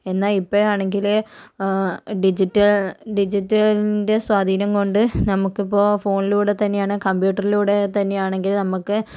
എന്നാൽ ഇപ്പോഴാണെങ്കിൽ ഡിജിറ്റ് ഡിജിറ്റലിൻ്റെ സ്വാധീനം കൊണ്ട് നമുക്ക് ഇപ്പോൾ ഫോണിലൂടെ തന്നെയാണ് കമ്പ്യൂട്ടറിലൂടെ തന്നെയാണെങ്കിൽ നമുക്ക്